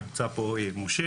נמצא פה משה,